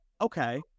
okay